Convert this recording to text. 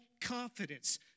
confidence